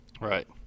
Right